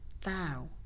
Thou